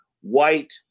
white